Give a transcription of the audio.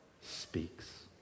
speaks